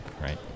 right